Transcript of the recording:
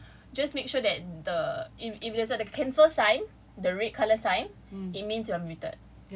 so just make sure that the if if there's a cancel sign the red colour sign it means you're muted